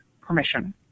permission